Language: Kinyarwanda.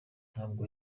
ntabwo